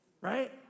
Right